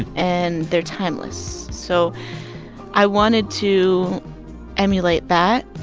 and they're timeless. so i wanted to emulate that.